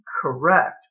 correct